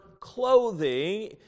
clothing